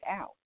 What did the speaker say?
out